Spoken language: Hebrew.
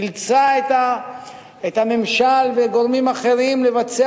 אילצה את הממשל וגורמים אחרים לבצע